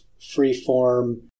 freeform